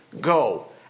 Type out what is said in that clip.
go